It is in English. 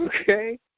okay